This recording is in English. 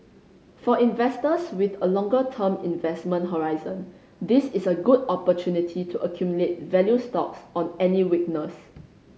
for investors with a longer term investment horizon this is a good opportunity to accumulate value stocks on any weakness